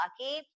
lucky